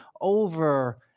over